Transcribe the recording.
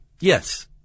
Yes